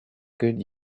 good